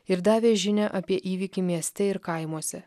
ir davė žinią apie įvykį mieste ir kaimuose